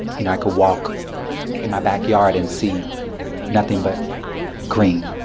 you know, i could walk in my backyard and see nothing but green.